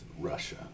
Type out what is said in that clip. Russia